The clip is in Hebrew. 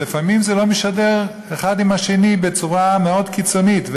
ולפעמים הן לא משדרות האחת עם השנייה בצורה מאוד קיצונית,